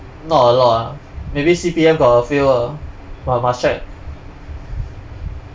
not a lot ah maybe C_P_F got a few ah but must check